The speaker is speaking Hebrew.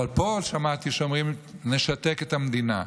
אבל פה שמעתי שאומרים: נשתק את המדינה.